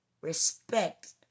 respect